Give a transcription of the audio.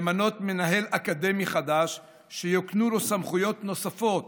למנות מנהל אקדמי חדש שיוקנו לו סמכויות נוספות